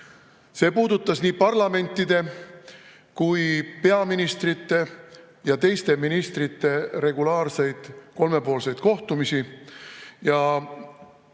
See puudutas nii parlamentide kui ka peaministrite ja teiste ministrite regulaarseid kolmepoolseid kohtumisi ja